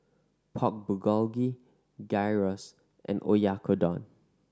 Pork Bulgogi Gyros and Oyakodon